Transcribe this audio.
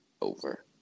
over